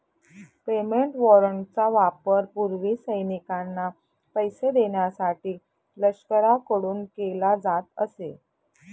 payment वॉरंटचा वापर पूर्वी सैनिकांना पैसे देण्यासाठी लष्कराकडून केला जात असे